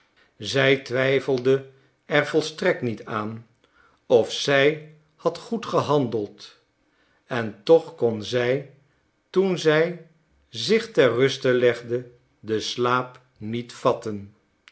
zij twijfelde er volstrekt niet aan of zij had goed gehandeld en toch kon zij toen zij zich ter ruste legde den slaap niet vatten